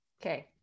Okay